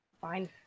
Fine